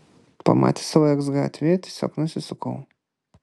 pamatęs savo eks gatvėj tiesiog nusisukau